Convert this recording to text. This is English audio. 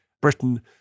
Britain